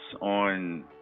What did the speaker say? on